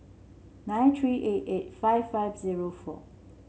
nine three eight eight five five zero four